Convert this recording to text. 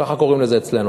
ככה קוראים לזה אצלנו.